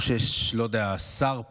לא שיש פה שר,